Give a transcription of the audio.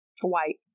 White